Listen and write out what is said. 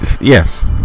Yes